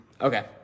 Okay